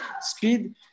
speed